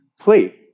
play